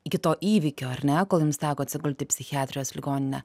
iki to įvykio ar ne kol jums teko atsigult į psichiatrijos ligoninę